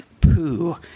poo